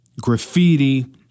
graffiti